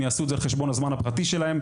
יעשו את זה על חשבון הזמן הפרטי שלהם.